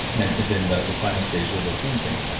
and then the the final stages of those teenage things.